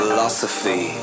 Philosophy